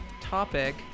topic